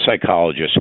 psychologist